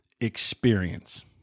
experience